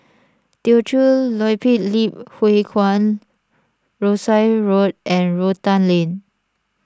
Teochew Poit Ip Huay Kuan Rosyth Road and Rotan Lane